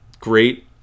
great